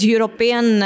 European